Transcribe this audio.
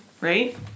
right